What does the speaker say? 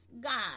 God